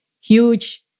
huge